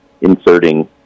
inserting